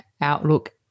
outlook